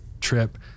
trip